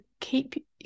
keep